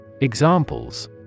Examples